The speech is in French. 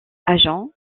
agents